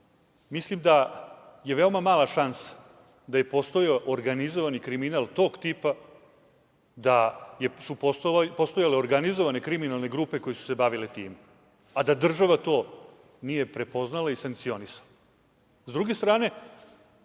mislim da je veoma mala šansa da je postojao organizovani kriminal tog tipa, da su postojale organizovane kriminalne grupe koje su se bavile time, a da država to nije prepoznala i sankcionisala. Sa